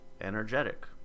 energetic